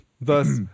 thus